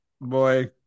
boy